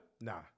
Nah